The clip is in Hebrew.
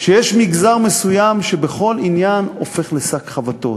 שיש מגזר מסוים שבכל עניין הופך לשק חבטות.